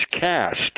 cast